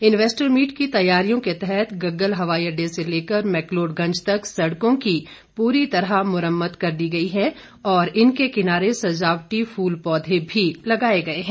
investor meet की तैयारियों के तहत गगल हवाई अड्डे से लेकर मैकलोडगंज तक सड़कों की पूरी तरह मुरम्मत कर दी गई हैं और इनके किनारे सजावटी फूल पौधे भी लगाए गए हैं